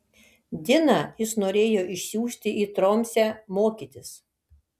diną jis norėjo išsiųsti į tromsę mokytis